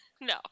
No